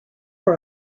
for